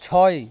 ছয়